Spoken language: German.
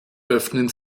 öffnen